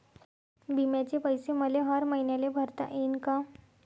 बिम्याचे पैसे मले हर मईन्याले भरता येईन का?